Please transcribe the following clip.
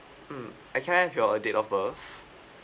mm and can I have your uh date of birth